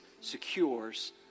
secures